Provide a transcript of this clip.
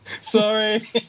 Sorry